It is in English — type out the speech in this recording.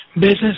business